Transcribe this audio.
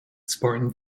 spartan